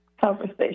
conversation